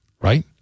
Right